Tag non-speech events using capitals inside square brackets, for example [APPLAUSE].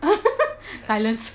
[LAUGHS] silence